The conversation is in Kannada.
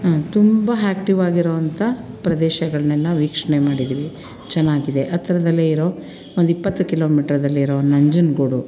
ತುಂಬ ಹ್ಯಾಕ್ಟಿವಾಗಿರುವಂಥ ಪ್ರದೇಶಗಳನ್ನೆಲ್ಲ ವೀಕ್ಷಣೆ ಮಾಡಿದ್ದೀವಿ ಚೆನ್ನಾಗಿದೆ ಹತ್ರದಲ್ಲೇ ಇರೋ ಒಂದಿಪ್ಪತ್ತು ಕಿಲೋಮಿಟ್ರದಲ್ಲಿರೊ ನಂಜನಗೂಡು